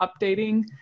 updating